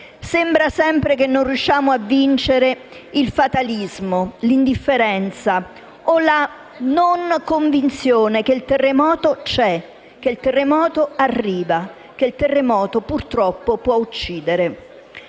sembra sempre che non riusciamo a vincere il fatalismo, l'indifferenza o la non convinzione che il terremoto c'è, arriva e, purtroppo, può uccidere.